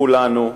כולנו,